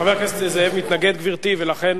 חבר הכנסת זאב מתנגד, גברתי, ולכן